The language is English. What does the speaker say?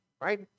right